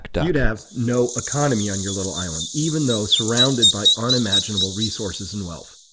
you'd have no economy on your little island, even though surrounded by unimaginable resources and wealth.